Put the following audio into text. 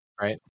Right